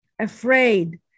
afraid